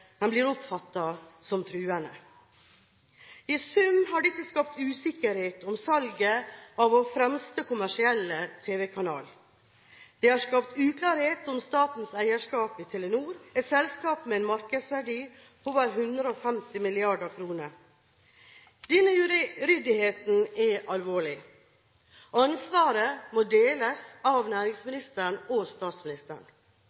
blir oppfattet som truende. I sum har dette skapt usikkerhet om salget av vår fremste kommersielle TV-kanal. Det er skapt uklarhet om statens eierskap i Telenor, et selskap med en markedsverdi på over 150 mrd. kr. Denne uryddigheten er alvorlig. Ansvaret må deles av